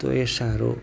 તો એ સારો